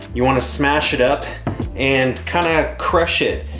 you want to smash it up and kinda crush it.